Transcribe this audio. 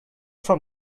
from